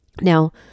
Now